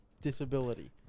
disability